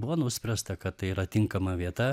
buvo nuspręsta kad tai yra tinkama vieta